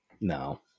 no